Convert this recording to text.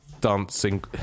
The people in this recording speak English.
dancing